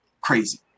crazy